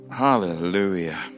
Hallelujah